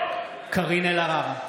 (קורא בשמות חברי הכנסת) קארין אלהרר,